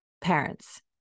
parents